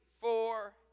four